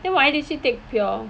then why did she take pure